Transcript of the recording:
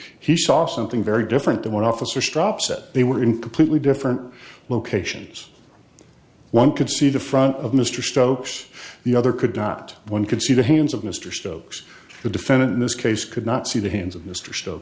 he saw something very different than what officer stops that they were in completely different locations one could see the front of mr stokes the other could not one can see the hands of mr stokes the defendant in this case could not see the hands of mr s